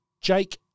Jake